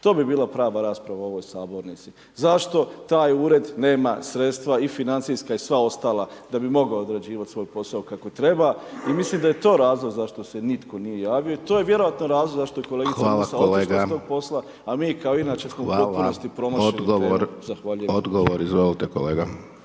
to bi bila prava rasprava u ovoj sabornici, zašto taj ured nema sredstva i financijska i sva ostala da bi mogao odrađivati svoj posao kako treba i mislim da je to razlog zašto se nitko nije javio, to je vjerojatno razlog zašto kolegica Musa otišla sa tog posla a mi kao i inače u potpunosti promašimo .../Govornik se ne